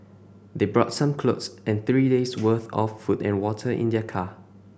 they brought some clothes and three days' worth of food and water in their car